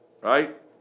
right